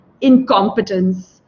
incompetence